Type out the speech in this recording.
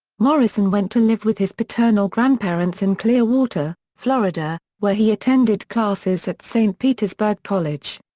morrison went to live with his paternal grandparents in clearwater, florida, where he attended classes at st. petersburg college.